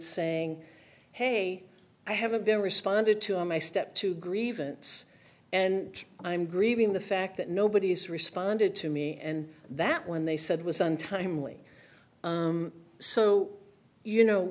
saying hey i haven't been responded to my step to grievance and i'm grieving the fact that nobody has responded to me and that when they said was untimely so you know